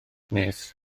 nes